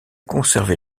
conserver